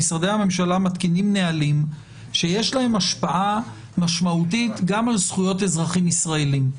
מתקינים נהלים שיש להם השפעה משמעותית גם על זכויות אזרחים ישראלים.